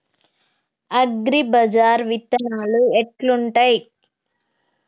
అగ్రిబజార్ల విత్తనాలు ఎట్లుంటయ్?